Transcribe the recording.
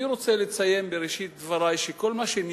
אני רוצה לציין בראשית דברי שכל מה שאני